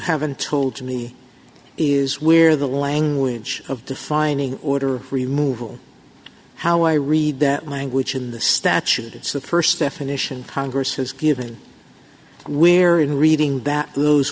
haven't told me is where the language of defining order remove all how i read that language in the statute it's the st definition congress has given where in reading that those